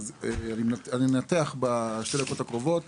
אני מנתח בשתי הדקות הקרובות